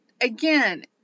again